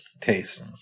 taste